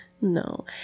No